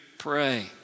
pray